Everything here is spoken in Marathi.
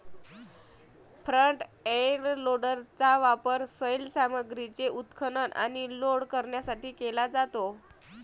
फ्रंट एंड लोडरचा वापर सैल सामग्रीचे उत्खनन आणि लोड करण्यासाठी केला जातो